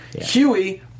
huey